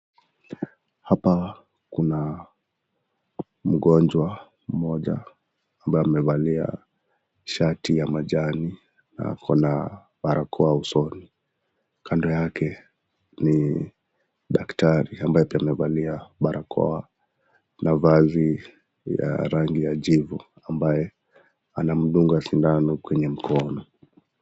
Hapa kuna mgonjwa mmoja ambaye amevalia shati ya majani na ako na barakoa usoni, kando yake ni daktari ambaye pia amevalia barakoa na vazi ya rangi ya jivu ambaye anamdunga sindano kwenye mkono.